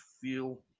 feel